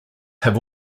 have